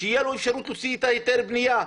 תהיה לו אפשרות להוציא היתר בנייה,